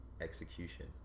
execution